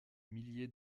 milliers